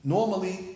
Normally